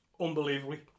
unbelievably